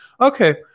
Okay